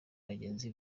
bagenzi